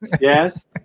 yes